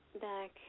Back